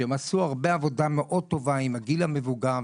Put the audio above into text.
שעשו שם עבודה מאוד טובה ונהדרת עם הגיל המבוגר,